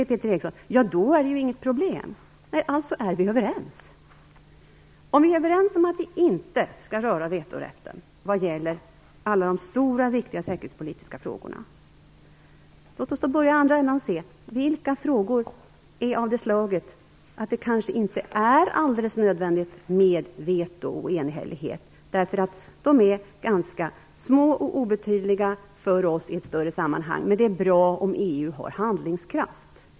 Peter Eriksson säger att det då inte är något problem. Alltså är vi överens. Om vi är överens om att vi inte skall röra vetorätten vad gäler alla de stora viktiga säkerhetspolitiska frågorna, låt oss då börja i andra ändan och se vilka frågor som är av det slaget att det kanske inte är alldeles nödvändigt med veto och enhällighet. De är ganska små och obetydliga för oss i ett större sammanhang, men det är bra om EU har handlingskraft.